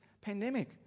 pandemic